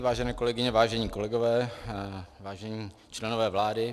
Vážené kolegyně, vážení kolegové, vážení členové vlády.